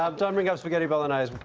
um don't bring up spaghetti bolognese.